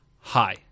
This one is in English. Hi